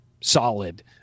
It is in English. solid